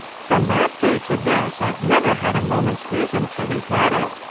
from that day to this i've never had a moment's reason to regret it.